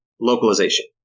localization